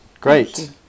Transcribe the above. Great